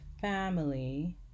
family